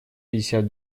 пятьдесят